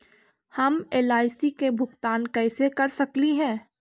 हम एल.आई.सी के भुगतान कैसे कर सकली हे?